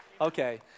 Okay